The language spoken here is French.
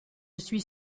suis